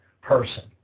person